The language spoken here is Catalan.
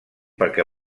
perquè